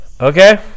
Okay